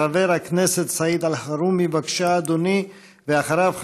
חבר הכנסת סעיד אלחרומי, בבקשה, אדוני, ואחריו,